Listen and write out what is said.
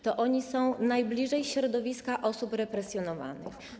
To oni są najbliżej środowiska osób represjonowanych.